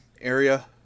area